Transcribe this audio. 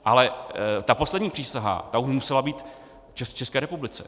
Ale ta poslední přísaha musela být České republice.